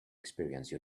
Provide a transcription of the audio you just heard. experience